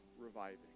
reviving